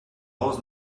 was